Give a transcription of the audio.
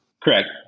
Correct